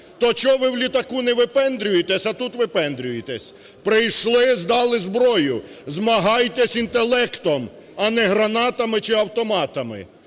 То чого ви у літаку не випендрюєтесь, а тут випендрюєтесь? Прийшли – здали зброю. Змагайтесь інтелектом, а не гранатами чи автоматами.